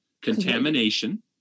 contamination